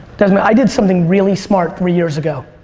desmond, i did something really smart three years ago.